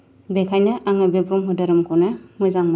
बेखायनो आङो बे ब्रम्ह धोरोमखौनो मोजां मोनो